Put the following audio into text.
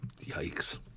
Yikes